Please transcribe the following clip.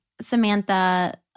Samantha